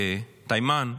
בתימן,